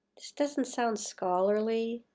this doesn't sound scholarly.